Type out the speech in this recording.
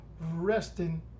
resting